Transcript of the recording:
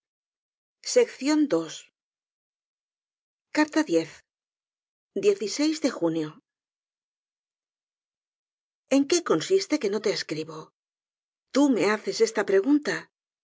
dice no incomodéis al señor de junio en qué consiste que no te escribo tú me haces esta pregunta